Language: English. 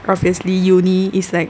obviously uni is like